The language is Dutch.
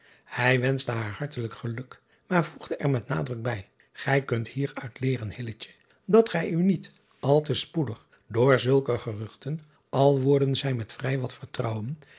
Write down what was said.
ij wenschte haar hartelijk geluk maar voegde er met nadruk bij ij kunt hieruit leeren dat gij u niet al te spoedig door zulke geruchten al worden zij met vrij wat vertrouwen